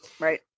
Right